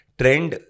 trend